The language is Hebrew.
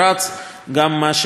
מה שאנחנו עושים,